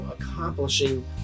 accomplishing